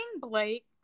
Blake